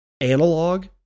analog